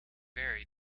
vary